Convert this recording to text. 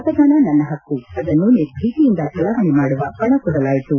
ಮತದಾನ ನನ್ನ ಹಕ್ಕು ಅದನ್ನು ನಿರ್ಭಿತಿಯಿಂದ ಚಲಾವಣೆ ಮಾಡುವ ಪಣ ತೊಡಲಾಯಿತು